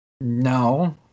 No